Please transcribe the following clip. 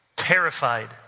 terrified